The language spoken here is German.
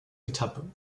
etappe